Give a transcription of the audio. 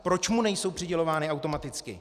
Proč mu nejsou přidělovány automaticky?